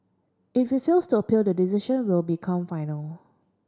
if it fails to appeal the decision will become final